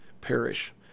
perish